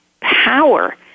power